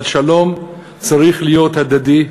אבל שלום צריך להיות הדדי,